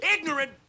ignorant